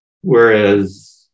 Whereas